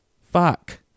fuck